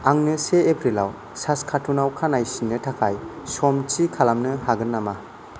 आंनो से एप्रिलाव सासकातुनाव खानाय सिननो थाखाय सम थि खालामनो हागोन नामा